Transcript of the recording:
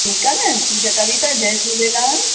ठीकु आहे न ज कविता जय झूलेलाल